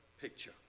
picture